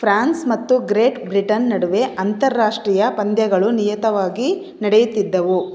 France ಮತ್ತು Great Britain ನಡುವೆ ಅಂತಾರಾಷ್ಟ್ರೀಯ ಪಂದ್ಯಗಳು ನಿಯತವಾಗಿ ನಡೆಯುತ್ತಿದ್ದವು